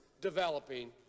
developing